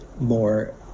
more